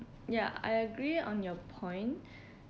ya I agree on your point